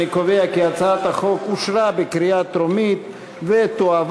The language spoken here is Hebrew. אני קובע כי הצעת החוק אושרה בקריאה טרומית ותועבר